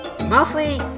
Mostly